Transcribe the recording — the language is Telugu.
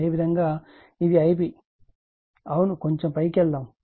అదేవిధంగా ఇది Ib అవును కొంచెం పైకి వెల్దాము